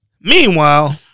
Meanwhile